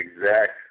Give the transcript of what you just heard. exact